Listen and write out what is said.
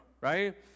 right